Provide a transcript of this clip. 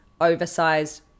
oversized